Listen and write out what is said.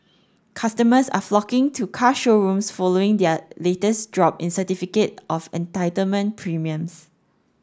customers are flocking to car showrooms following their latest drop in certificate of entitlement premiums